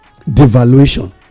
devaluation